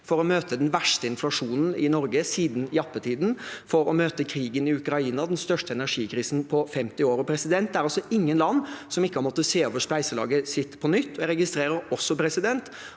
for å møte den verste inflasjonen i Norge siden jappetiden, krigen i Ukraina og den største energikrisen på 50 år. Det er ingen land som ikke har måttet se over spleiselaget sitt på nytt. Jeg registrerer også at